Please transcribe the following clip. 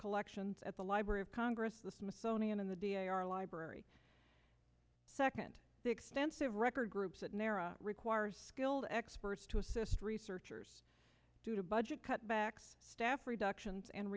collections at the library of congress the smithsonian and the da our library second the extensive record groups that narrow requires skilled experts to assist researchers due to budget cutbacks staff reductions and